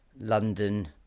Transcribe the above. London